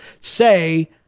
say